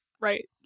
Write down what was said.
right